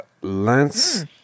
Lance